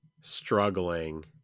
struggling